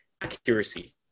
accuracy